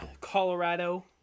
Colorado